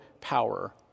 power